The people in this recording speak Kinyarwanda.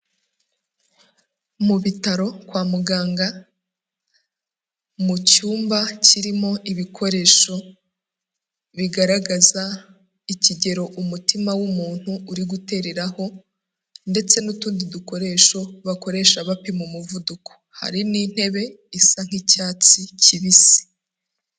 Mu bitaro kwa muganga mu cyumba kirimo ibikoresho bigaragaza ikigero umutima w'umuntu uri gutereraho, ndetse n'utundi dukoresho bakoresha bapima umuvuduko. Hari n'intebe isa nk'icyatsi kibisi.